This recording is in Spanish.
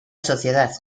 sociedad